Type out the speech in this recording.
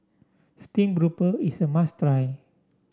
stream grouper is a must try